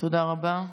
תודה רבה.